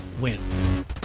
win